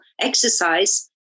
exercise